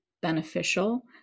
beneficial